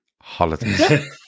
Holidays